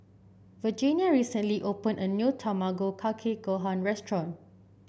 Virginia recently opened a new Tamago Kake Gohan restaurant